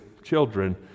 children